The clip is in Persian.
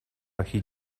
هیچ